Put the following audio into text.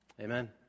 Amen